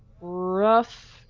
rough